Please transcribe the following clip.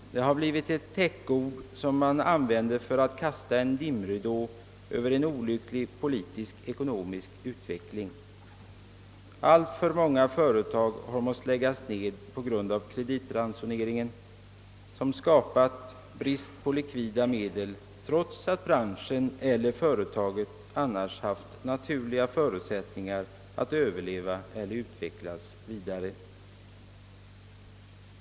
Det har blivit ett täckord som man använder för att kasta en dimridå över en olycklig politisk-ekonomisk utveckling. Alltför många företag har måst läggas ned på grund av kreditransoneringen, som skapat brist på likvida medel, trots att branschen eller företaget annars haft naturliga förutsättningar att överleva eller utvecklas vidare.